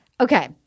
Okay